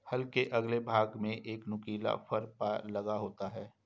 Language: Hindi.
हल के अगले भाग में एक नुकीला फर लगा होता है